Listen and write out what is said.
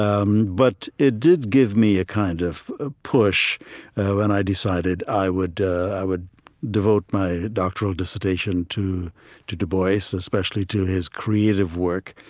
um but it did give me ah kind of a push when i decided i would i would devote my doctoral dissertation to to du bois, especially to his creative work,